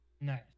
Nice